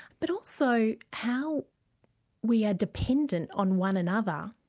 but also how we are dependent on one another,